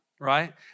right